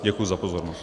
Děkuji za pozornost.